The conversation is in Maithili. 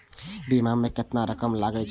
बीमा में केतना रकम लगे छै?